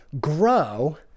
grow